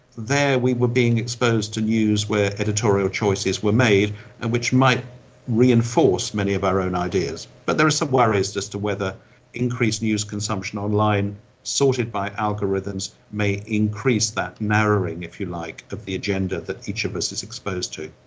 there we were being exposed to news where editorial choices were made and which might reinforce many of our own ideas. but there are some worries as to whether increased news consumption online sorted by algorithms may increase that narrowing, if you like, of the agenda that each of us is exposed to.